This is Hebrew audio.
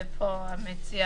ופה המציע